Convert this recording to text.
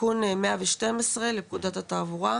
תיקון 112 לפקודת התעבורה,